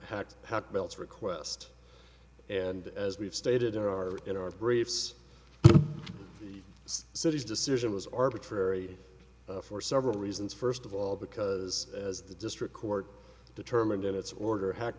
hacked request and as we've stated in our in our briefs the city's decision was arbitrary for several reasons first of all because as the district court determined in its order hack